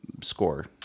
score